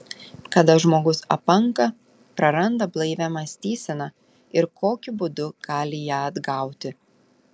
kada žmogus apanka praranda blaivią mąstyseną ir kokiu būdu gali ją atgauti